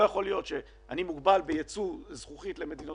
לא יכול להיות שאני מוגבל בייצוא זכוכית למדינות